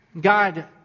God